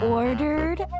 ordered